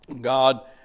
God